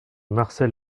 marcel